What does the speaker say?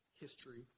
history